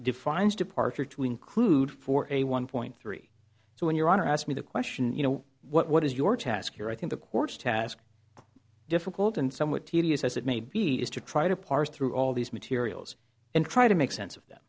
defines departure to include for a one point three so when your honor asked me the question you know what is your task here i think the court's task difficult and somewhat tedious as it may be is to try to parse through all these materials and try to make sense of th